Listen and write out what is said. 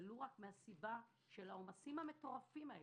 ולו רק מהסיבה של העומסים המטורפים האלה,